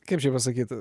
kaip čia pasakyt